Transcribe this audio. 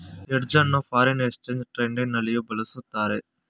hedge ಅನ್ನು foreign exchange trading ನಲ್ಲಿಯೂ ಬಳಸುತ್ತಾರೆ